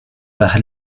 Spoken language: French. par